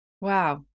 wow